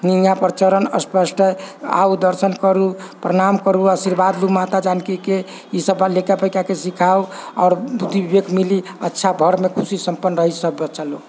यहाँ पर चरण स्पष्ट हइ आउ दर्शन करू प्रणाम करू आशीर्वाद लू माता जानकीके ईसभ बात लैका पैकाके सिखाउ आओर बुद्धि विवेक मिली अच्छा घरमे सुखी संपन्न रही सभ बच्चालोक